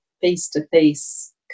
face-to-face